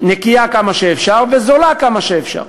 נקייה עד כמה שאפשר וזולה עד כמה שאפשר.